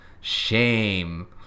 shame